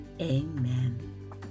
amen